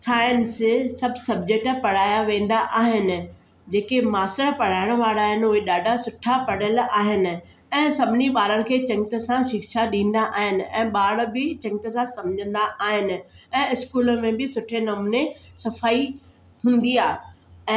science सभु subject पढ़ाया वेंदा आहिनि जेके मास्टर पढ़ायण वारा आहिनि उहे ॾाढा सुठा पढ़ियल आहिनि ऐं सभिनी ॿारनि खे चङी तरह सां शिक्षा ॾींदा आहिनि ऐं ॿार बि चङी तरह सां सम्झंदा आहिनि ऐं स्कूल में बि सुठे नमूने सफ़ाई हूंदी आहे ऐं